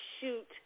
shoot